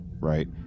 right